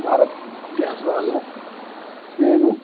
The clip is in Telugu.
భారత్ గ్యాస్ వాళ్ళ నేను